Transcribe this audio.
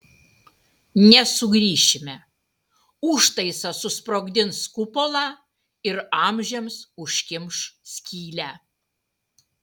nesugrįšime užtaisas susprogdins kupolą ir amžiams užkimš skylę